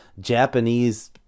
Japanese